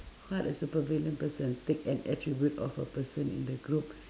what a supervillain person take an attribute of a person in the group